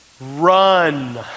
Run